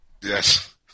Yes